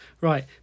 right